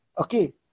Okay